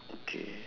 okay